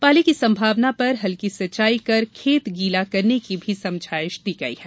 पाले की संभावना पर हल्की सिंचाई कर खेत गीला करने की समझाइश दी गई है